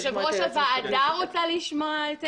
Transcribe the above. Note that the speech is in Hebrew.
יושבת ראש הוועדה רוצה לשמוע את עמדתי?